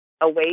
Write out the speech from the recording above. away